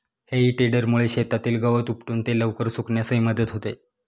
हेई टेडरमुळे शेतातील गवत उपटून ते लवकर सुकण्यासही मदत होते